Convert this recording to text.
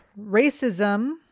racism